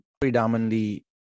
predominantly